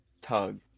tug